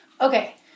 Okay